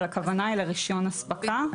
אבל הכוונה היא לרישיון הספקה.